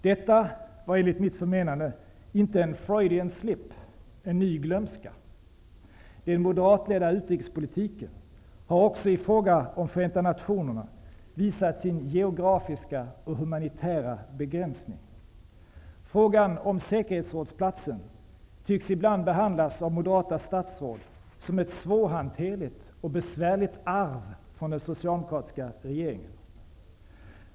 Detta var enligt mitt förmenande inte en ''Freudian slip'', en ny glömska. Den moderatledda utrikespolitiken har också i fråga om Förenta nationerna visat sin geografiska och humanitära begränsning. Frågan om platsen i Säkerhetsrådet tycks ibland behandlas av moderata statsråd som ett svårhanterligt och besvärligt arv från den socialdemokratiska regeringen.